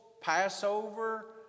Passover